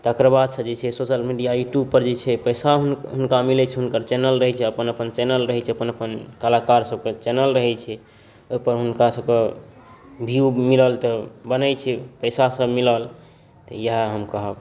तकर बाद जे छै सोशल मिडिया यूटयूब पर जे छै पैसा हुनका मिलै छै हुनकर चैनल दै छै अपन अपन चैनल रहै छै अपन अपन कलाकार सभके चैनल रहै छै ओहिपर हुनका सभके व्यू मिलल तऽ बनै छै पैसा सभ मिलल तऽ इएह हम कहब